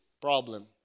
problem